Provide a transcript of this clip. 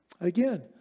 Again